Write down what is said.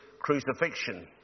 crucifixion